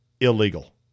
illegal